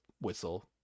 whistle